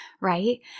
right